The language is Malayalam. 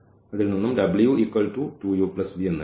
ഇതിൽ നിന്നും എന്ന് എഴുതാം